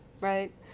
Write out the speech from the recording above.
right